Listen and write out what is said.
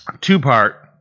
Two-part